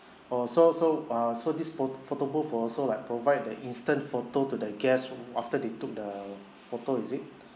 oh so so uh so this phot~ photo booth also like provide the instant photo to the guests after they took the photo is it